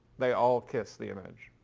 they all kiss the image.